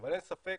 אבל אין ספק